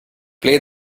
play